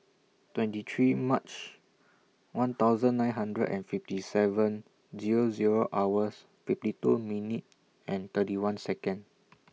twenty three March one thousand nine hundred and fifty seven Zero Zero hours fifty two minute and thirty one Second